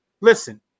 Listen